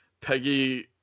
Peggy